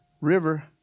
river